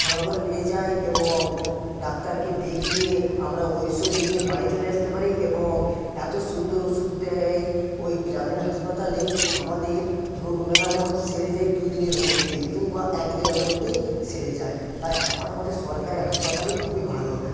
ফলাফল পেয়ে যাই এবং ডাক্তারকে দেখিয়ে আমরা ঔষধ নিয়ে বাড়ি চলে আসতে পারি এবং এতো সুন্দর ওষুধ দেয় ওই গ্রামীণ হাসপাতালে আমাদের রোগ মেরামত সেরে যায় দুদিনের মধ্যে দু বা একদিনের মধ্যে সেরে যায় তাই আমার মতে সরকারি হাসপাতালে খুবই ভালো